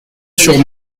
sur